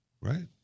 right